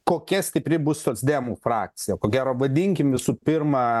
kokia stipri bus socdemų frakcija ko gero vadinkim visų pirma